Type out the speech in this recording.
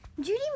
Judy